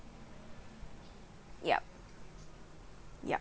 yup yup